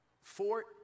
four